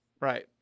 Right